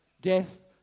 Death